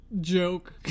joke